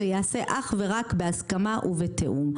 זה ייעשה אך ורק בהסכמה ובתיאום.